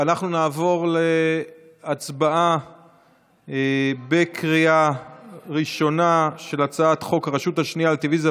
אנחנו נעבור להצבעה בקריאה ראשונה על הצעת חוק הרשות השנייה לטלוויזיה